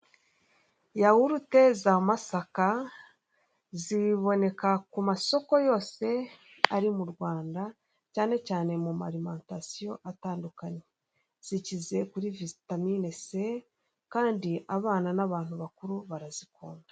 Yawurute za masaka ziboneka ku masoko yose ari mu Rwanda cyane cyane mu ma arimentasiyo atandukanye zikize kuri vivitamine se kandi abana n'abantu bakuru barazikunda.